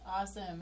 Awesome